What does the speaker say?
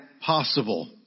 possible